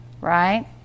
Right